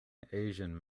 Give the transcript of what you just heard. asian